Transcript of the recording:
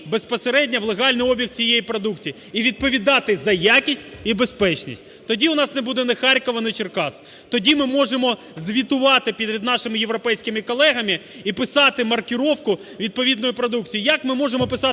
безпосередньо в легальний обіг цієї продукції і відповідати за якість і безпечність. Тоді у нас не буде ні Харкова, ні Черкас, тоді ми можемо звітувати перед нашими європейськими колегами і писати маркировку відповідної продукції. Як ми можемо писати